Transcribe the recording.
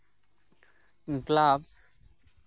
club ᱟᱹᱰᱤ ᱜᱮ